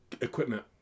equipment